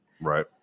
right